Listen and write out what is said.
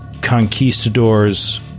conquistadors